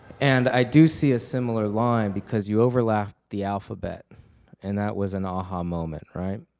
and i do see a similar line because you overlapped the alphabet and that was an aha moment, right?